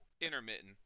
Intermittent